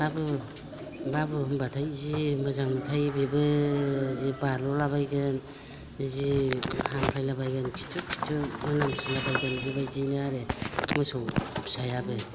बाबु बाबु होनब्लाथाय जि मोजां मोनखायो बेबो जि बाज्ल'लाबायगोन जि हामफ्लायलाबायगोन खिथु खिथु मोनामसुलाबायगोन बेबायदिनो आरो मोसौ फिसायाबो